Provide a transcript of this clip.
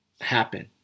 happen